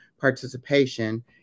participation